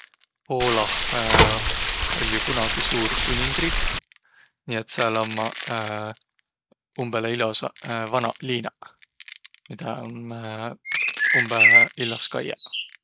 Poolah oll' jo kunagi suur kuningriik. Nii et sääl ommaq umbõlõ ilosaq vanaq liinaq, midä om umbõlõ illos kaiaq.